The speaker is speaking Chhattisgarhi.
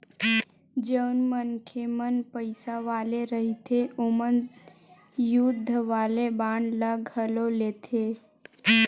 जउन मनखे मन पइसा वाले रहिथे ओमन युद्ध वाले बांड ल घलो लेथे